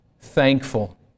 thankful